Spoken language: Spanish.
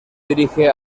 dirige